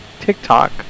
TikTok